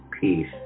peace